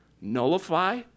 nullify